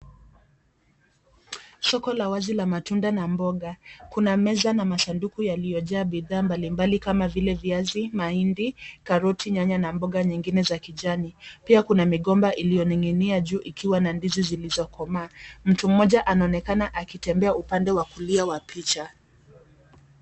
Soko la wazi la matunda na mboga kuna meza na masanduku yaliyojaa bidhaa mbalimbali kama vile viazi ,mahind,i karoti ,nyanya na mboga nyingine za kijani pia kuna migomba iliyoning'inia juu ikiwa na ndizi zilizokomaa ,mtu mmoja anaonekana akitembea upande wa kulia wa picha.